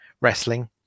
wrestling